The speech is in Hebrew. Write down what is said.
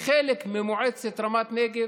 כחלק ממועצת רמת נגב.